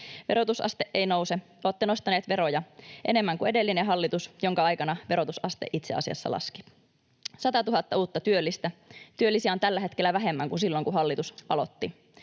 ”Verotusaste ei nouse” — olette nostaneet veroja enemmän kuin edellinen hallitus, jonka aikana verotusaste itse asiassa laski. ”100 000 uutta työllistä” — työllisiä on tällä hetkellä vähemmän kuin silloin, kun hallitus aloitti.